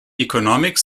economic